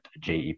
JEP